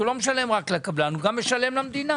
הוא לא משלם רק לקבלן, הוא משלם גם למדינה